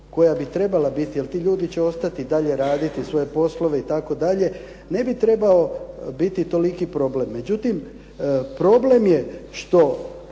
koja bi trebala biti jer ti ljudi će ostati i dalje raditi svoje poslove i tako dalje, ne bi trebao biti toliko problem. Međutim, problem je što